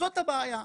זאת הבעיה.